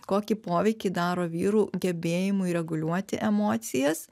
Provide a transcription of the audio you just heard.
kokį poveikį daro vyrų gebėjimui reguliuoti emocijas